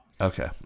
Okay